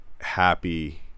Happy